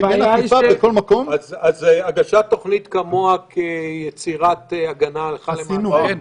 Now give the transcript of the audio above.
אין אכיפה בכל מקום --- אז הגשת תוכנית כמוה כיצירת הגנה הלכה למעשה.